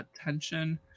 attention